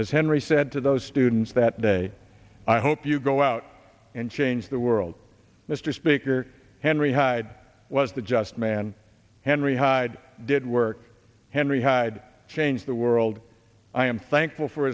as henry said to those students that day i hope you go out and change the world mr speaker henry hyde was the just man henry hyde did work henry hyde changed the world i am thankful for